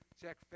check